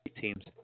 teams